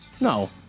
No